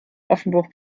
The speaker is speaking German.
offenburg